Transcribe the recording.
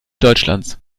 deutschlands